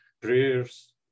prayers